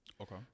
Okay